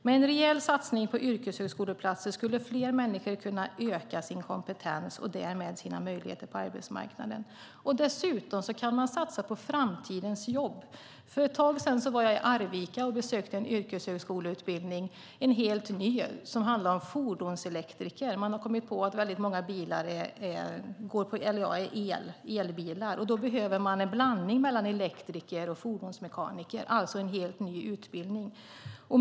Med en rejäl satsning på yrkeshögskoleplatser skulle fler människor kunna öka sin kompetens och därmed sina möjligheter på arbetsmarknaden. Dessutom kan man satsa på framtidens jobb. För ett tag sedan var jag i Arvika och besökte en yrkeshögskoleutbildning. Den var helt ny och handlade om fordonselektriker. Man har kommit på att väldigt många bilar är elbilar, och då behöver man en blandning mellan elektriker och fordonsmekaniker, det vill säga en helt ny utbildning.